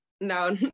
no